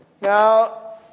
Now